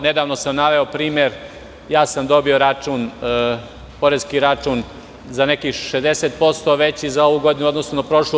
Nedavno sam naveo primer da sam ja dobio poreski račun za nekih 60% veći za ovu godinu u odnosu na prošlu.